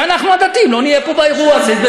שאנחנו הדתיים לא נהיה פה באירוע הזה.